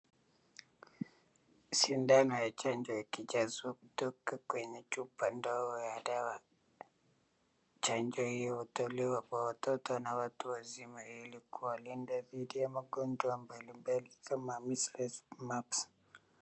Sindano ya chanjo ikijazwa kutoka kwenye chupa ndogo ya dawa, chanjo hiyo hutolewa kwa watoto na watu wazima ili kuwalinda dhidi ya magonjwa mbalimbali kama Measles, mumps .